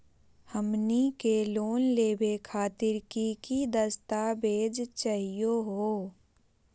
हमनी के लोन लेवे खातीर की की दस्तावेज चाहीयो हो?